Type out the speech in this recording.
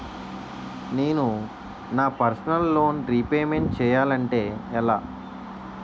నేను నా personal loan repayment చేయాలంటే ఎలా?